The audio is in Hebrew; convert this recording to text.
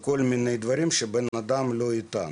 כל מיני דברים שבן אדם לא אתנו.